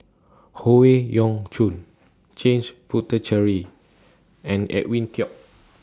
Howe Yoon Chong James Puthucheary and Edwin Koek